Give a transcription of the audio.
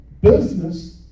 business